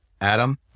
Adam